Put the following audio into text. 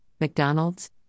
McDonald's